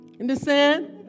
Understand